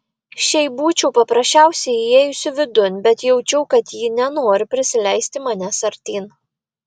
šiaip būčiau paprasčiausiai įėjusi vidun bet jaučiau kad ji nenori prisileisti manęs artyn